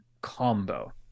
combo